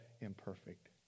imperfect